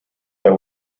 that